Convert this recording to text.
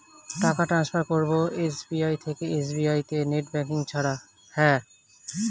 টাকা টান্সফার করব এস.বি.আই থেকে এস.বি.আই তে নেট ব্যাঙ্কিং ছাড়া?